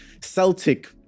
Celtic